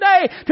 today